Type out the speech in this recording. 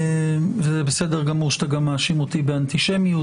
וזה בסדר גמור שאתה גם מאשים אותי באנטישמיות,